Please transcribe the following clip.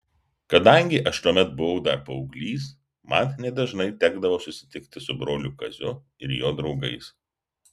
kadangi aš tuomet buvau dar paauglys man nedažnai tekdavo susitikti su broliu kaziu ir jo draugais